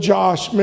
Josh